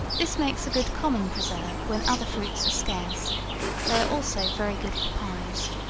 this makes a good common preserve when other fruits are scarce they are also very good for pies.